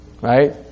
right